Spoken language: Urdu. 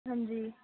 ہاں جی